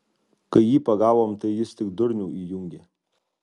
kai jį pagavom tai jis tik durnių įjungė